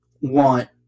want